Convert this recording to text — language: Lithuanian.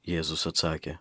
jėzus atsakė